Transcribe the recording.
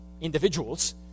individuals